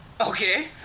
Okay